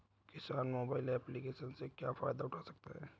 किसान mobile application से क्या फायदा उठा सकता है?